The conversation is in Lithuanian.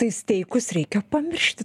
tai steikus reikia pamiršti